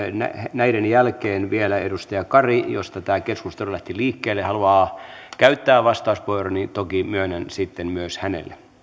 näiden jälkeen vielä edustaja kari josta tämä keskustelu lähti liikkeelle haluaa käyttää vastauspuheenvuoron toki myönnän sen sitten myös hänelle